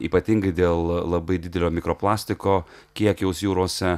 ypatingai dėl labai didelio mikro plastiko kiekiaus jūrose